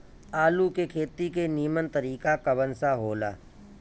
आलू के खेती के नीमन तरीका कवन सा हो ला?